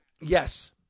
Yes